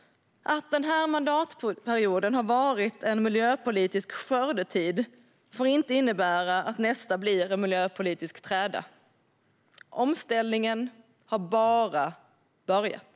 Att den här mandatperioden har varit en miljöpolitisk skördetid får inte innebära att nästa blir en miljöpolitisk träda. Omställningen har bara börjat.